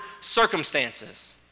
circumstances